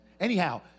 Anyhow